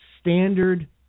standard